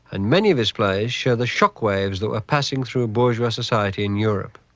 and many of his plays show the shock waves that were passing through bourgeois society in europe.